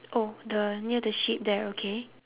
oh the near the sheep there okay